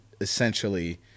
essentially